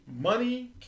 Money